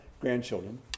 grandchildren